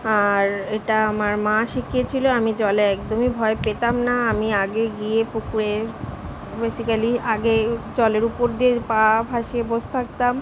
আর এটা আমার মা শিখিয়েছিল আমি জলে একদমই ভয় পেতাম না আমি আগে গিয়ে পুকুরে বেসিকালি আগে জলের উপর দিয়ে পা ভাসিয়ে বসে থাকতাম